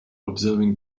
observing